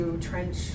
trench